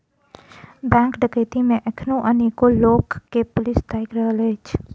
bank डकैती मे एखनो अनेको लोक के पुलिस ताइक रहल अछि